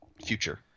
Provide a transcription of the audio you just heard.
future